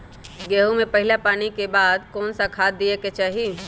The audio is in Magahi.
गेंहू में पहिला पानी के बाद कौन खाद दिया के चाही?